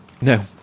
No